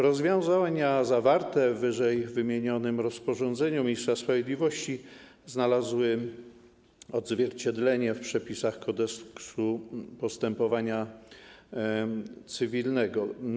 Rozwiązania zawarte w ww. rozporządzeniu ministra sprawiedliwości znalazły odzwierciedlenie w przepisach Kodeksu postępowania cywilnego.